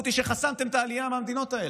אדוני השר, היא שחסמתם את העלייה מהמדינות האלה.